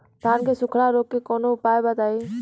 धान के सुखड़ा रोग के कौनोउपाय बताई?